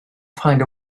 find